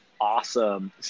awesome